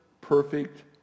perfect